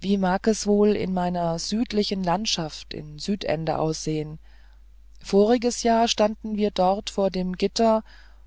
wie mag es wohl in meiner südlichen landschaft in südende aussehen voriges jahr standen wir beide dort vor dem gitter